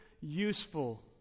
useful